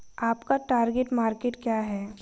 आपका target market क्या है?